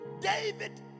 David